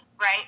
right